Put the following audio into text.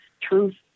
truth